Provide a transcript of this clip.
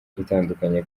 itandukanye